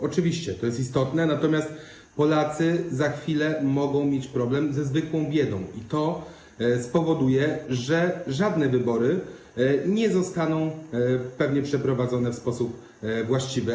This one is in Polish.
Oczywiście to jest istotne, natomiast Polacy za chwilę mogą mieć problem ze zwykłą biedą i to spowoduje, że żadne wybory pewnie nie zostaną przeprowadzone w sposób właściwy.